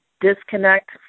disconnect